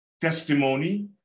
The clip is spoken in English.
testimony